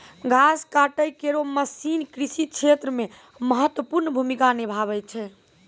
घास काटै केरो मसीन कृषि क्षेत्र मे महत्वपूर्ण भूमिका निभावै छै